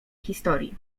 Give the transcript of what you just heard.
historii